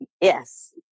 Yes